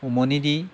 উমনি দি